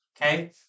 okay